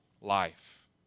life